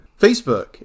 Facebook